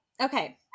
okay